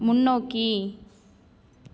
முன்னோக்கி